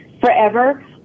forever